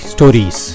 Stories